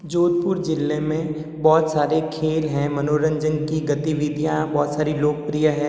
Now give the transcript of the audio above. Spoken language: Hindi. जोधपुर जिले में बहुत सारे खेल हैं मनोरंजन की गतिविधियाँ बहुत सारी लोकप्रिय हैं